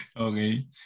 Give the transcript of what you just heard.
Okay